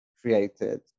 created